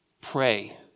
pray